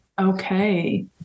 Okay